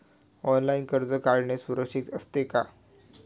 Online कर्ज काढणे सुरक्षित असते का?